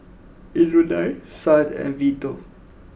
Eulalia Son and Vito